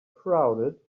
crowded